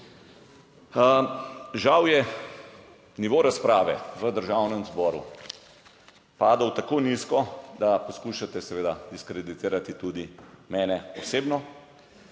Žal je nivo razprave v Državnem zboru padel tako nizko, da poskušate, seveda, diskreditirati tudi mene osebno